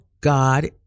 God